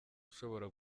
ushobora